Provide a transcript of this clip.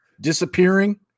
Disappearing